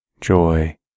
joy